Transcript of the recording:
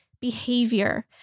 behavior